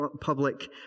public